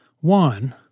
One